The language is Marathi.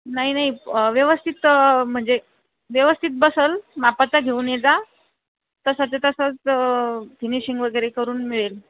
नाही नाही व्यवस्थित म्हणजे व्यवस्थित बसेल मापाचा घेऊन एजा तसाच्या तसाच फिनिशिंग वगैरे करून मिळेल